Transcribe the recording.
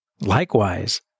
Likewise